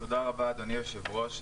תודה רבה אדוני היושב-ראש.